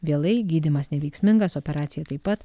vėlai gydymas neveiksmingas operacija taip pat